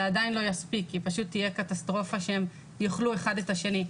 עדיין לא יספיק כי פשוט תהיה קטסטרופה שהם יאכלו אחד את השני,